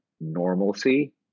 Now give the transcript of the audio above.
normalcy